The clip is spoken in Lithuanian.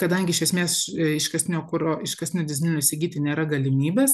kadangi iš esmės ė iškastinio kuro iškastinio dyzelino įsigyti nėra galimybės